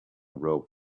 rope